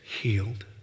healed